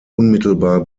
unmittelbar